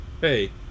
Hey